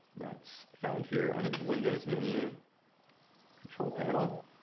that's found here under the windows menu control panel.